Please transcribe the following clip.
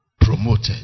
promoted